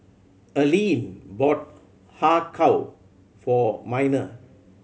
Alleen bought Har Kow for Minor